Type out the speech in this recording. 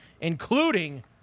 including